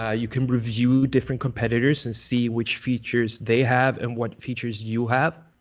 ah you can review different competitors and see which features they have, and what features you have.